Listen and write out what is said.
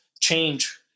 change